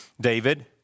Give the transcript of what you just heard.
David